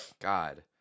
God